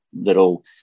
little